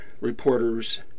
reporters